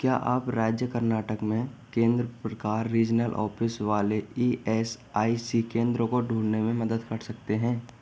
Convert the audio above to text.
क्या आप राज्य कर्नाटक में केंद्र प्रकार रीजनल ऑफ़िस वाले ई एस आई सी केंद्रों को ढूँढने में मदद कर सकते हैं